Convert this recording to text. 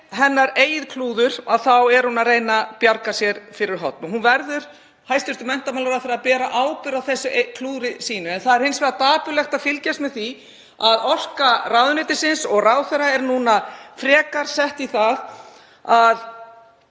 hennar eigið klúður er hún að reyna að bjarga sér fyrir horn. Hæstv. menntamálaráðherra verður að bera ábyrgð á þessu klúðri sínu. Það er hins vegar dapurlegt að fylgjast með því að orka ráðuneytisins og ráðherra er núna frekar sett í það að